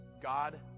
God